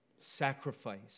Sacrifice